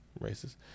Racist